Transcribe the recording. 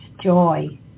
joy